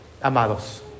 amados